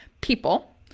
people